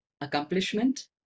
Accomplishment